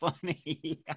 funny